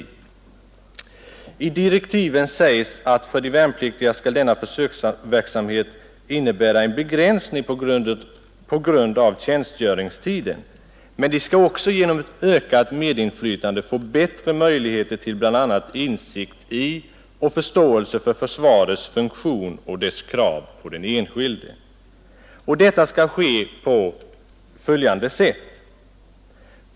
I de meddelade direktiven sägs, att för de värnpliktiga skall denna försöksverksamhet innebära en begränsning på grund av tjänstgöringstiden, men de skall också genom ökat medinflytande få bättre möjligheter till bl.a. insikt i och förståelse för försvarets funktion och dess krav på den enskilde. Detta skall åstadkommas på följande sätt.